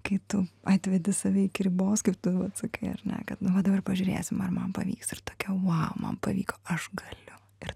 kai tu atvedi save iki ribos kaip tu vat sakai ar ne nu va dabar pažiūrėsim ar man pavyks ir tokia vau man pavyko aš galiu ir